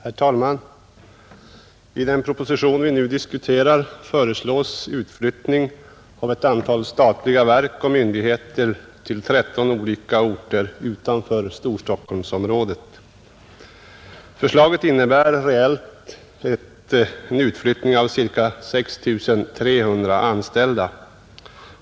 Herr talman! I den proposition vi nu diskuterar föreslås utflyttning av ett antal statliga verk och myndigheter till 13 olika orter utanför Storstockholmsområdet. Förslaget innebär reellt en utflyttning som berör ca 6 300 anställda.